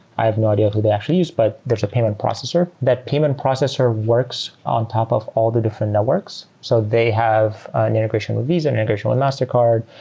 i have no idea who they actually use, but there's a payment processor. that payment processor works on top of all the different networks. so they have an integration with visa, an integration with mastercard.